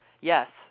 Yes